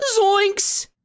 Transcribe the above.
zoinks